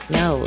no